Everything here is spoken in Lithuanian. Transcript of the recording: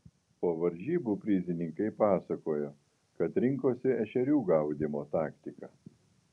po varžybų prizininkai pasakojo kad rinkosi ešerių gaudymo taktiką